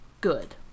good